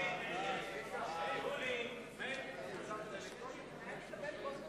ההסתייגות של חברת הכנסת